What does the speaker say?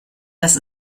dass